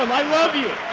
i love you.